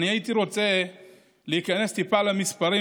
הייתי רוצה להיכנס טיפה למספרים,